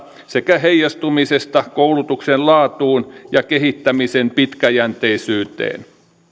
sekä heijastumiseen koulutuksen laatuun ja kehittämisen pitkäjänteisyyteen